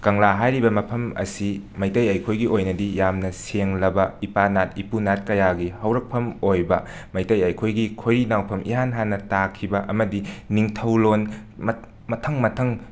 ꯀꯪꯂꯥ ꯍꯥꯏꯔꯤꯕ ꯃꯐꯝ ꯑꯁꯤ ꯃꯩꯇꯩ ꯑꯩꯈꯣꯏꯒꯤ ꯑꯣꯏꯅꯗꯤ ꯌꯥꯝꯅ ꯁꯦꯡꯂꯕ ꯏꯄꯥꯅꯥꯠ ꯏꯄꯨꯅꯥꯠ ꯀꯌꯥꯒꯤ ꯍꯧꯔꯛꯐꯝ ꯑꯣꯏꯕ ꯃꯩꯇꯩ ꯑꯩꯈꯣꯏꯒꯤ ꯈꯣꯏꯔꯤ ꯅꯥꯎꯐꯝ ꯏꯍꯥꯟ ꯍꯥꯟꯅ ꯇꯥꯈꯤꯕ ꯑꯃꯗꯤ ꯅꯤꯡꯊꯣꯂꯣꯟ ꯃꯊ ꯃꯊꯪ ꯃꯊꯪ